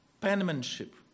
Penmanship